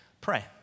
Pray